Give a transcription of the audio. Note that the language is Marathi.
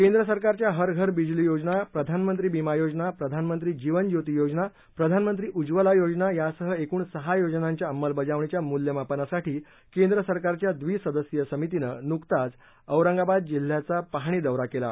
केंद्र सरकारच्या हर घर बिजली योजना प्रधानमंत्री बीमा योजना प्रधानमंत्री जीवनज्योती योजना प्रधानमंत्री उज्वला योजना यांसह एकूण सहा योजनांच्या अंमलबजावणीच्या मूल्यमापनासाठी केंद्र सरकारच्या द्विसदस्यीय समितीनं नुकताच औरंगाबाद जिल्ह्याचा पहाणीदौरा केला